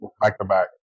back-to-back